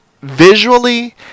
visually